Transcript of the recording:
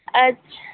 अच्छा